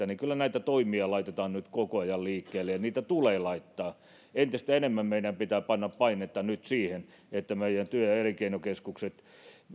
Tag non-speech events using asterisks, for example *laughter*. *unintelligible* niin kyllä näitä toimia laitetaan nyt koko ajan liikkeelle ja niitä tulee laittaa entistä enemmän meidän pitää panna painetta nyt siihen että meidän työ ja elinkeinokeskukset